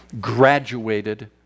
graduated